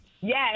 Yes